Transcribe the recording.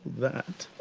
that!